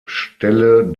stelle